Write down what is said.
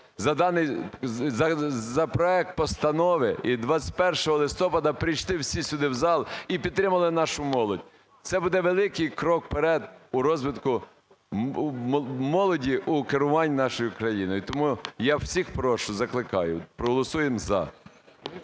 за проект постанови і 21 листопада прийшли всі сюди в зал і підтримали нашу молодь. Це буде великий крок вперед у розвитку молоді, у керуванні нашою країною. Тому я всіх прошу, закликаю: проголосуємо "за".